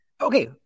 okay